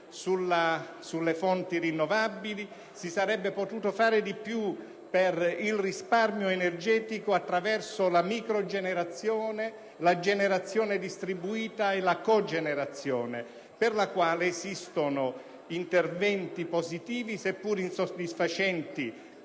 sulle fonti rinnovabili, si sarebbe potuto fare di più per il risparmio energetico, attraverso la microcogenerazione, la generazione distribuita e la cogenerazione, per la quale esistono interventi positivi, seppur insoddisfacenti,